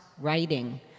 writing